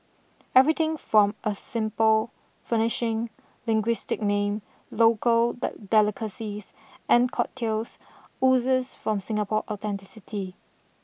everything from a simple furnishing linguistic name local delicacies and cocktails oozes from Singapore authenticity